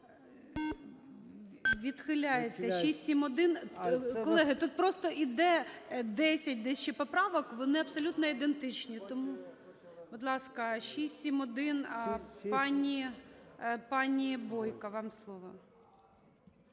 Відхиляється. 671. Колеги, тут просто іде 10 десь ще поправок, вони абсолютно ідентичні. Тому, будь ласка, 671. Пані Бойко, вам слово.